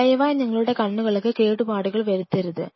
ദയവായി നിങ്ങളുടെ കണ്ണുകൾക്ക് കേടുപാടുകൾ വരുത്തരുത്